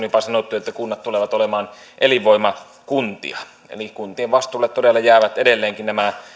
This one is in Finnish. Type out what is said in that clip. jopa sanottu että kunnat tulevat olemaan elinvoimakuntia eli kuntien vastuulle todella jäävät edelleenkin nämä